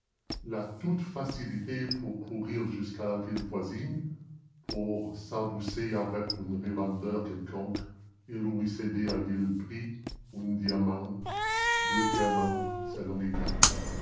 a toute facilité pour courir jusqu'à la ville voisine pour s'aboucher avec un revendeur quelconque et lui céder à vil prix un diamant deux diamants